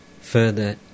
Further